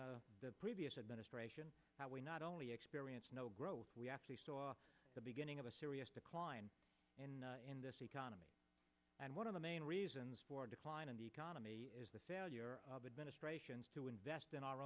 the previous administration we not only experience no growth we actually saw the beginning of a serious decline in this economy and one of the main reasons for a decline in the economy is the failure of administrations to invest in our